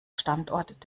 standort